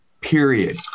period